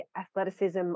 athleticism